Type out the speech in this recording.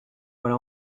voilà